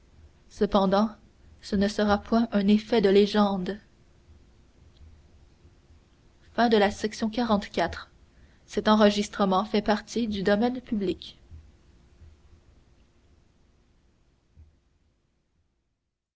cependant ce ne sera point un effet de légende